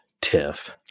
Tiff